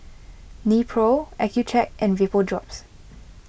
Nepro Accucheck and Vapodrops